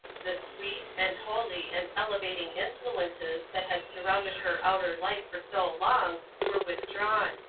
the sweet, and holy, and elevating influences that had surrounded her outer life for so long were withdrawn.